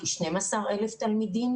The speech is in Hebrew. כ-12 אלף תלמידים